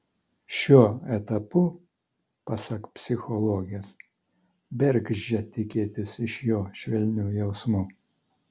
šiuo etapu pasak psichologės bergždžia tikėtis iš jo švelnių jausmų